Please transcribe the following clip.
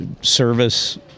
service